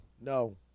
no